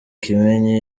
kimenyi